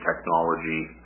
technology